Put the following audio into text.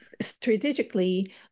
strategically